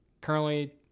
currently